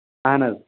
اَہن حظ